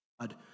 God